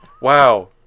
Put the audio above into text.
Wow